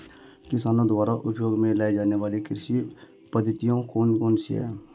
किसानों द्वारा उपयोग में लाई जाने वाली कृषि पद्धतियाँ कौन कौन सी हैं?